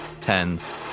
tens